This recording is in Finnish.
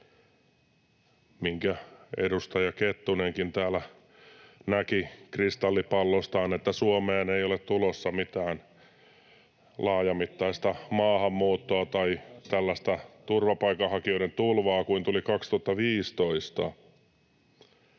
Kun edustaja Kettunenkin täällä näki kristallipallostaan, että Suomeen ei ole tulossa mitään laajamittaista maahanmuuttoa tai tällaista turvapaikanhakijoiden tulvaa kuin tuli 2015,